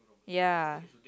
ya